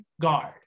guard